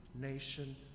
nation